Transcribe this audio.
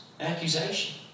Accusation